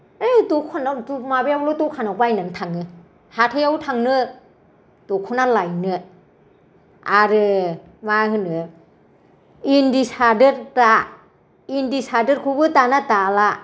ऐ दखना माबायावल' दखानाव बायनानै थाङो हाथायाव थांनो दखना लायनो आरो मा होनो इन्दि सादोर दा इन्दि सादोरखौबो दाना दाला